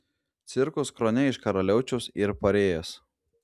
cirkus krone iš karaliaučiaus yr parėjęs